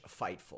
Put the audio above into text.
Fightful